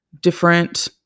different